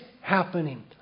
happening